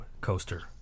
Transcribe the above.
coaster